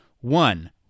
One